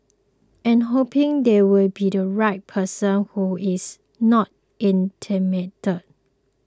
and hoping there will be the right person who is not intimidated